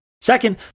Second